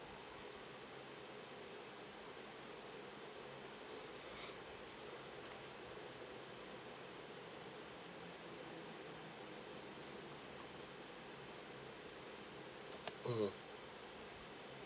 mm